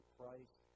Christ